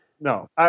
No